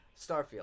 Starfield